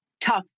tough